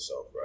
right